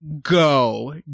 go